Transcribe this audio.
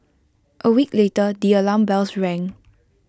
A week later the alarm bells rang